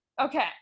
Okay